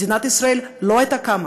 מדינת ישראל לא הייתה קמה